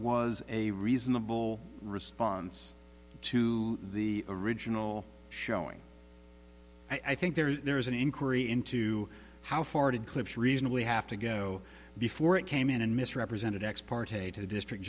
was a reasonable response to the original showing i think there is an inquiry into how far did clips reasonably have to go before it came in and misrepresented ex parte to the district